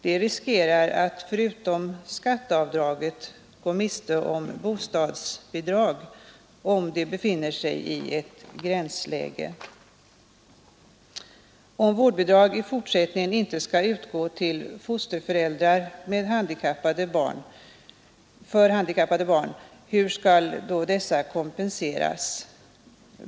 De riskerar att förutom skatteavdraget gå miste om bostadsbidrag om de befinner sig i ett gränsläge. Om vårdbidrag i fortsättningen inte skall utgå till fosterföräldrar för handikappade barn, hur skall då dessa kompenseras?